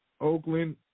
Oakland